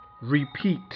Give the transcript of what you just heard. repeat